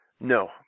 No